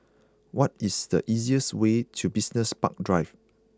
what is the easiest way to Business Park Drive